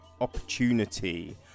opportunity